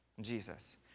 Jesus